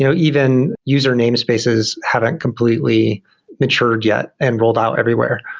you know even user namespaces haven't completely matured yet and rolled out everywhere.